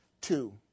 Two